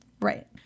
Right